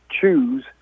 choose